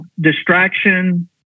distraction